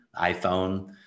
iPhone